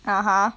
(uh huh)